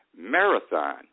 Marathon